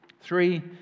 Three